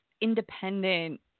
independent